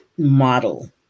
Model